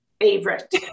Favorite